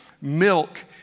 Milk